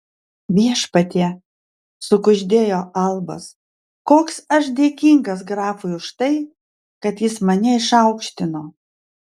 viešpatie sukuždėjo albas koks aš dėkingas grafui už tai kad jis mane išaukštino